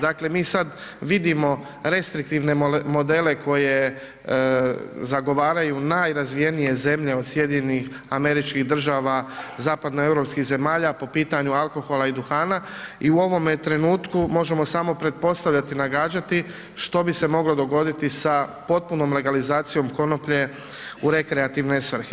Dakle mi sad vidimo restriktivne modele koje zagovaraju najrazvijenije zemlje, od SAD-a, zapadnoeuropskih zemalja po pitanju alkohola i duhana i u ovome trenutku možemo samo pretpostavljati, nagađati, što bi se moglo dogoditi sa potpunom legalizacijom konoplje u rekreativne svrhe.